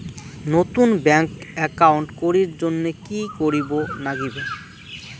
নতুন bank account করির জন্যে কি করিব নাগিবে?